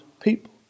people